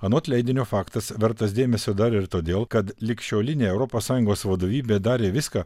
anot leidinio faktas vertas dėmesio dar ir todėl kad ligšiolinė europos sąjungos vadovybė darė viską